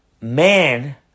Man